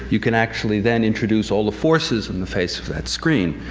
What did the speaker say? you can actually, then, introduce all the forces on the face of that screen,